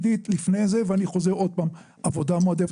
עידית, לפני זה, ואני חוזר עוד פעם: עבודה מועדפת.